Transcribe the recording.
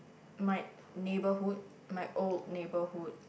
my neighbourhood my old neighbourhood